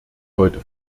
heute